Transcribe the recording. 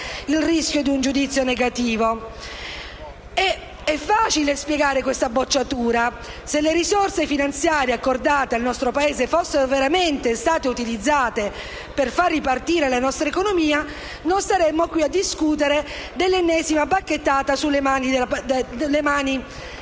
il rischio di un giudizio negativo. È facile spiegare questa bocciatura. Se le risorse finanziarie accordate al nostro Paese fossero veramente state utilizzate per far ripartire la nostra economia, non staremmo qui a discutere dell'ennesima bacchettata sulle mani